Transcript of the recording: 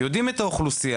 יודעים את האוכלוסייה,